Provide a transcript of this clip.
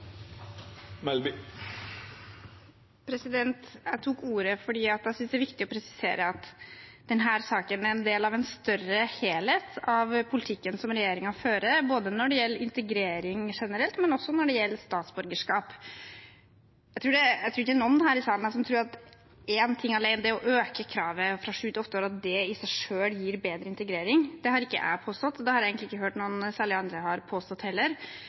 viktig å presisere at denne saken er en del av en større helhet av politikken regjeringen fører, både når det gjelder integrering generelt, og når det gjelder statsborgerskap. Jeg tror ingen her i salen tror at én ting alene, som det å øke kravet fra sju til åtte år, i seg selv gir bedre integrering. Det har ikke jeg påstått, og det har jeg egentlig ikke hørt særlig mange andre har påstått heller,